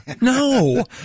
No